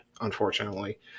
unfortunately